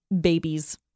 babies